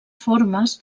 formes